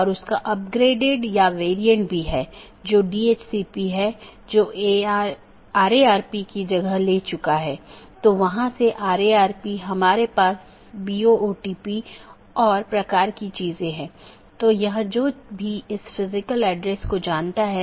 और अगर आप फिर से याद करें कि हमने ऑटॉनमस सिस्टम फिर से अलग अलग क्षेत्र में विभाजित है तो उन क्षेत्रों में से एक क्षेत्र या क्षेत्र 0 बैकबोन क्षेत्र है